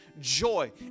joy